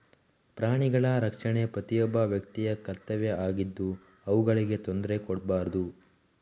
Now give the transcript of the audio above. ಪ್ರಾಣಿಗಳ ರಕ್ಷಣೆ ಪ್ರತಿಯೊಬ್ಬ ವ್ಯಕ್ತಿಯ ಕರ್ತವ್ಯ ಆಗಿದ್ದು ಅವುಗಳಿಗೆ ತೊಂದ್ರೆ ಕೊಡ್ಬಾರ್ದು